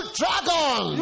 dragon